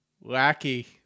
Lackey